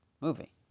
movie